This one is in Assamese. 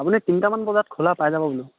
আপুনি তিনিটামান বজাত খোলা পাই যাব বোলো